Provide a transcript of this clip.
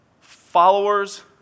Followers